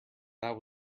that